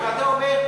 ואתה אומר,